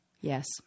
Yes